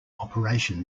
operation